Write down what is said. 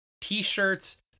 T-shirts